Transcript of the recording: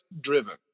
driven